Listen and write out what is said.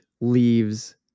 leaves